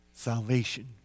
salvation